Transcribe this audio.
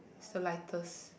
is the lightest